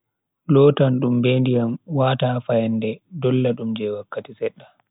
Lotan dum be ndiyam, wata ha fayande, dolla dum je wakkati sedda.